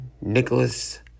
Nicholas